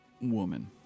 woman